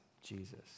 Jesus